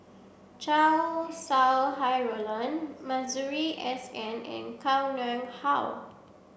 Chow Sau Hai Roland Masuri S N and Koh Nguang How